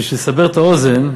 בשביל לסבר את האוזן: